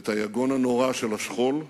ואת היגון הנורא של השכול,